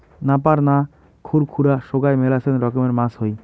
নাপার না, খুর খুরা সোগায় মেলাছেন রকমের মাছ হই